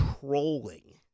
trolling